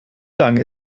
lange